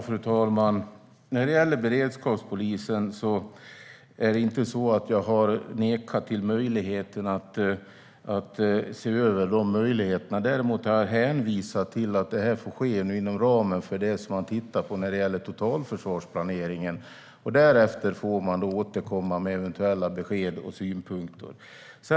Fru talman! När det gäller beredskapspolisen är det inte så att jag har nekat till att se över möjligheterna. Däremot har jag hänvisat till att det får ske inom ramen för det som man tittar på när det gäller totalförsvarsplaneringen. Därefter får man återkomma med eventuella besked och synpunkter.